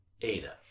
Ada